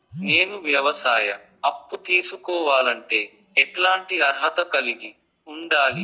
నేను వ్యవసాయ అప్పు తీసుకోవాలంటే ఎట్లాంటి అర్హత కలిగి ఉండాలి?